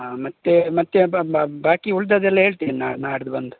ಹಾಂ ಮತ್ತೆ ಮತ್ತೆ ಬ ಬಾಕಿ ಉಳ್ದಿದ್ದೆಲ್ಲ ಹೇಳ್ತೇನೆ ನಾ ನಾಡ್ದು ಬಂದು